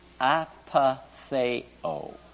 Apatheo